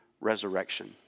resurrection